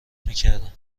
میکردن